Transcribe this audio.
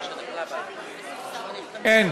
אין.